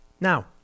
Now